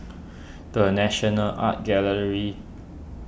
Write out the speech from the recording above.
the National Art Gallery